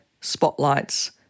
spotlights